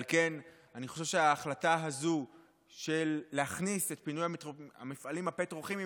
על כן אני חושב שההחלטה הזאת להכניס את פינוי המפעלים הכימיים,